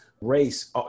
race